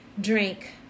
drink